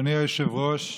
אדוני היושב-ראש,